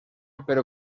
pero